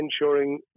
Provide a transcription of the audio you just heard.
ensuring